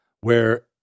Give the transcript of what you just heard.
where-